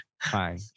hi